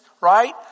right